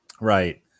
right